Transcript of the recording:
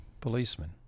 policeman